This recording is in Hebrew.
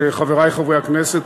חברי חברי הכנסת,